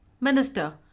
Minister